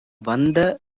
வந்த